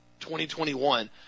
2021